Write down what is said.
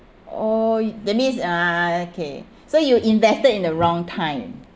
oh that means uh okay so you invested in the wrong time